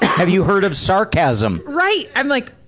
have you heard of sarcasm? right! i'm like,